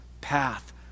path